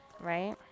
right